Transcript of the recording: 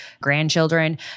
grandchildren